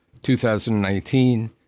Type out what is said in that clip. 2019